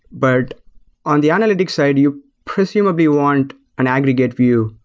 but on the analytics side, you presumably want an aggregate view.